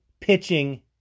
pitching